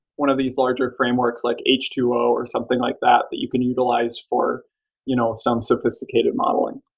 one of these larger frameworks, like h two o or something like that that you can utilize for you know some sophisticated modeling.